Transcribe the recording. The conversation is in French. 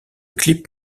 clip